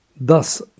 Thus